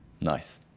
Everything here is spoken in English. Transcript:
Nice